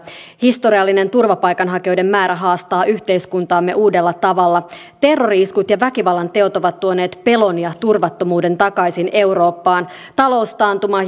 historiallinen turvapaikanhakijoiden määrä haastaa yhteiskuntaamme uudella tavalla terrori iskut ja väkivallanteot ovat tuoneet pelon ja turvattomuuden takaisin eurooppaan taloustaantuma